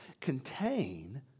contain